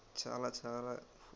చాలా చాలా